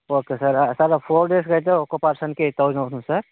okay sir ఆ sir four days అయితే ఒక పర్సన్కి ఎయిట్ థౌసండ్ అవుతుంది సార్